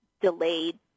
delayed